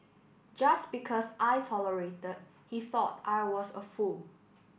just because I tolerated he thought I was a fool